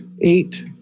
eight